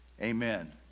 amen